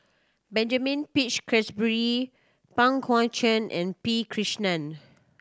Benjamin Peach Keasberry Pang Guek Cheng and P Krishnan